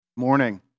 Morning